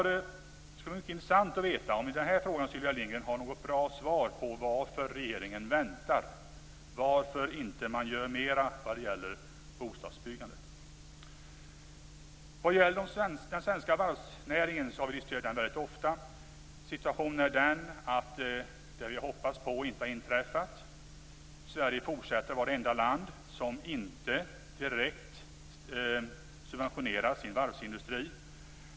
Det skulle vara intressant att få veta om Sylvia Lindgren i den här frågan har något bra svar på varför regeringen väntar och inte gör mer vad gäller bostadsbyggandet. Vi har diskuterat den svenska varvsnäringen ofta. Det vi har hoppats på har inte inträffat. Sverige fortsätter att vara det enda land som inte direkt subventionerar sin varvsindustri.